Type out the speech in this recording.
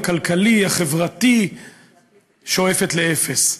הכלכלי והחברתי שואף לאפס,